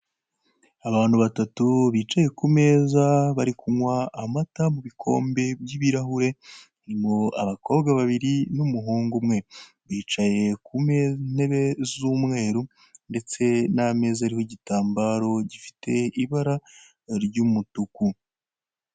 Abantu batatu bicaye ku meza bari kunywa amata mu bikombe by'ibirahure, harimo abakobwa babairi n'umuhungu umwe bicaye ku ntebe nz'umweru ndetse n'ameza ariho igitambaro kiriho ibara ry'umutuku.